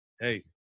hey